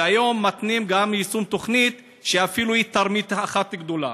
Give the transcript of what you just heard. והיום מתנים גם ביישום תוכנית שהיא אפילו תרמית אחת גדולה.